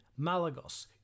Malagos